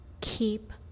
Keep